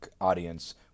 audience